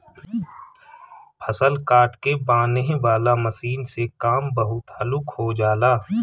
फसल काट के बांनेह वाला मशीन से काम बहुत हल्लुक हो जाला